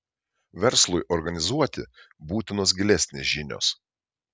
verslui organizuoti būtinos gilesnės žinios